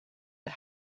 the